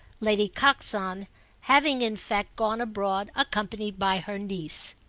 lady coxon having in fact gone abroad accompanied by her niece.